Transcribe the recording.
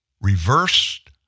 reversed